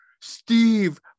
Steve